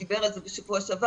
הוא דיבר על זה בשבוע שעבר.